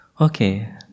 Okay